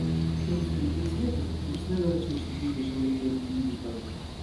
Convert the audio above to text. princui reikia ilsėtis o jums nedera čia užsibūti žengė priekin gydytojas